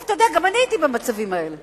עכשיו, אתה יודע, גם אני הייתי במצבים האלה.